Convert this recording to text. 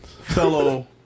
fellow